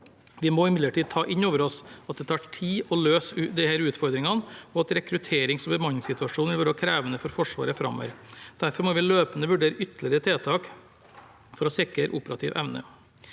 Vi må imidlertid ta inn over oss at det tar tid å løse disse utfordringene, og at rekrutterings- og bemanningssituasjonen vil være krevende for Forsvaret framover. Derfor må vi løpende vurdere ytterligere tiltak for å sikre operativ evne.